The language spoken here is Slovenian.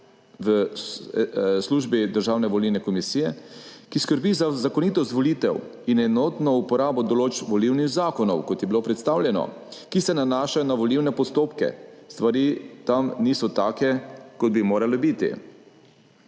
v službi Državne volilne komisije, ki skrbi za zakonitost volitev in enotno uporabo določb volilnih zakonov, kot je bilo predstavljeno, ki se nanašajo na volilne postopke. Stvari tam niso take, kot bi morale biti.